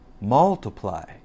Multiply